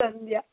ಸಂಧ್ಯಾ